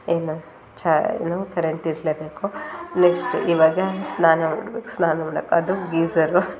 ಏನು ಚಾ ಏನು ಕರೆಂಟ್ ಇರಲೇ ಬೇಕು ನೆಕ್ಸ್ಟು ಇವಾಗ ಸ್ನಾನ ಮಾಡ್ಬೇಕು ಸ್ನಾನ ಮಾಡ್ಬೇಕು ಅದು ಗೀಝರು